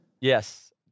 Yes